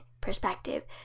perspective